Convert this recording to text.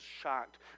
shocked